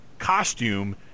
costume